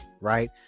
right